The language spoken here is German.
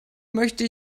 möchte